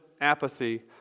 apathy